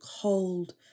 cold